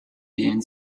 wählen